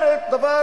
אומרת דבר